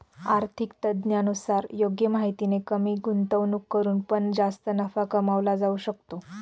आर्थिक तज्ञांनुसार योग्य माहितीने कमी गुंतवणूक करून पण जास्त नफा कमवला जाऊ शकतो